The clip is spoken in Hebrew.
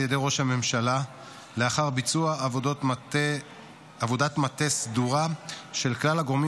ידי ראש הממשלה לאחר ביצוע עבודת מטה סדורה של כלל הגורמים